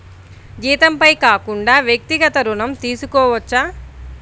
జీతంపై కాకుండా వ్యక్తిగత ఋణం తీసుకోవచ్చా?